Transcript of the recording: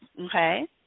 Okay